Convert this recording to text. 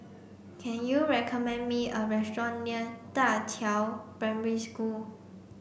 can you recommend me a restaurant near Da Qiao Primary School